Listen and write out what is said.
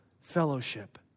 fellowship